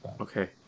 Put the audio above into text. okay